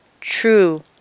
true